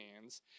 hands